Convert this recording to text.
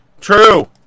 true